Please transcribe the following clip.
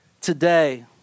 today